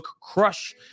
crush